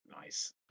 nice